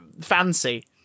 fancy